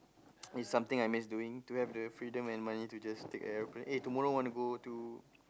is something I miss doing to have the freedom and money to just take an aeroplane eh tomorrow want to go to